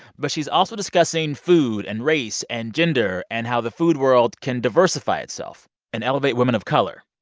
but she's also discussing food and race and gender and how the food world can diversify itself and elevate women of color.